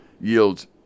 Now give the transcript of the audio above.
yields